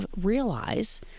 realize